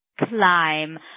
climb